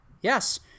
Yes